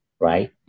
right